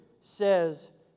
says